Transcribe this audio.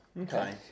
okay